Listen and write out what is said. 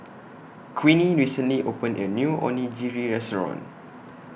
Queenie recently opened A New Onigiri Restaurant